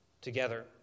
together